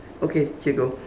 okay here go